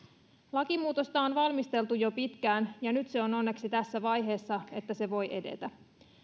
lakimuutosta on valmisteltu jo pitkään ja nyt se on onneksi tässä vaiheessa että se voi edetä